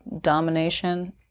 domination